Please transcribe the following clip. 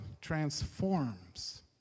transforms